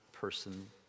person